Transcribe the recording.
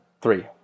three